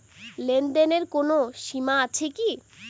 লেনদেনের কোনো সীমা আছে কি?